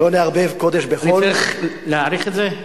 אני צריך להעריך את זה?